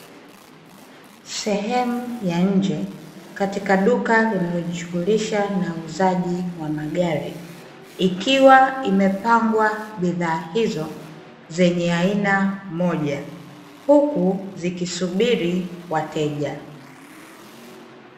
Sehemu ya nje katika duka linalo jishughulisha na uuzaji wa magari, ikiwa imepangwa bidhaa hizo zenye aina moja huku zikisubiri wateja.